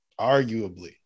Arguably